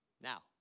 Now